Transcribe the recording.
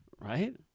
right